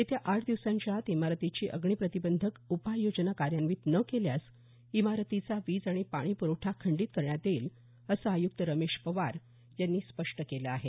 येत्या आठ दिवसाच्या आत इमारतीची अग्नी प्रतिबंधक उपाययोजना कार्यान्वीत न केल्यास इमरातीचा वीज आणि पाणी पुरवठा खंडीत करण्यात येईल असं आयुक्त रमेश पवार यांनी स्पष्ट केलं आहे